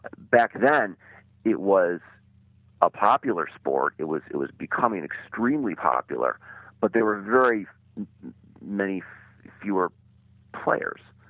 back then it was a popular sport, it was it was becoming extremely popular but there were very many fewer players.